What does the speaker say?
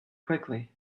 quickly